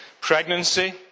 pregnancy